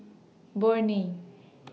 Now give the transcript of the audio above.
Burnie